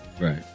Right